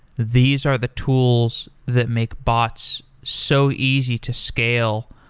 these are the tools that make bots so easy to scale.